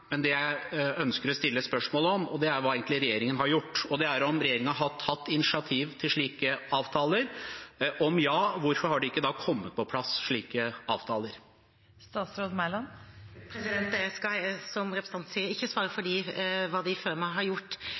Det jeg ønsker å stille spørsmål om, er hva regjeringen egentlig har gjort, og om regjeringen har tatt initiativ til slike avtaler. Om ja – hvorfor har det ikke da kommet på plass slike avtaler? Jeg kan, som representanten sier, ikke svare for hva de før meg har gjort.